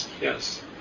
Yes